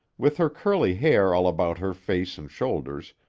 with her curly hair all about her face and shoulders,